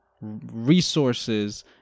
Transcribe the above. resources